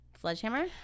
sledgehammer